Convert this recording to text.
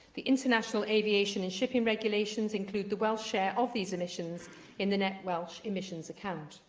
the international aviation and shipping regulations include the welsh share of these emissions in the net welsh emissions account.